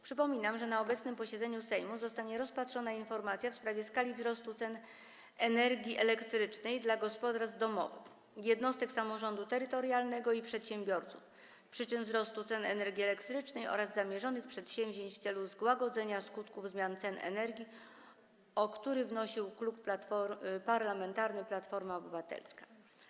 Przypominam, że na obecnym posiedzeniu Sejmu zostanie rozpatrzona informacja w sprawie skali wzrostu cen energii elektrycznej dla gospodarstw domowych, jednostek samorządu terytorialnego i przedsiębiorców, przyczyn wzrostu cen energii elektrycznej oraz zamierzonych przedsięwzięć w celu złagodzenia skutków zmian cen energii, o której przedstawienie wnosił Klub Parlamentarny Platforma Obywatelska.